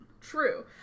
True